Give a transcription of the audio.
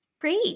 Great